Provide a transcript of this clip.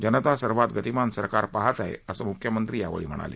जनता सर्वात तीमान सरकार पाहत आहे असं म्ख्यमंत्री यावेळी म्हणाले